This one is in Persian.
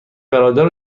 برادر